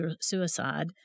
suicide